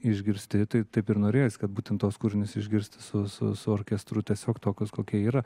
išgirsti tai taip ir norėjos kad būtent tuos kūrinius išgirsti su su su orkestru tiesiog tokius kokie jie yra